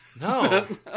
No